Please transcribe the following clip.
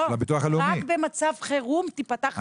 רק במצב חירום תיפתח הרשימה.